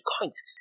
coins